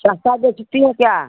सस्ता बेचती हो क्या